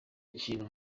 ikintu